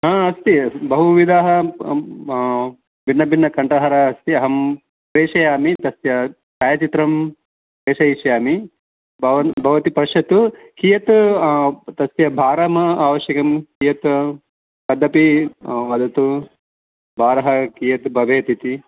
हा अस्ति बहुविधाः भिन्नभिन्नकण्ठहारः अस्ति अहं प्रेषयामि तस्य छायाचित्रं प्रेषयिष्यामि भवान् भवती पश्यतु कियत् तस्य भारं आवश्यकं यत् तदपि वदतु भारः कियत् भवेत् इति